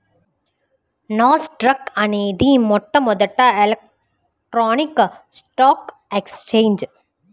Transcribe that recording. నాస్ dock అనేది మొట్టమొదటి electronic stock exchange